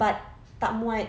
but tak muat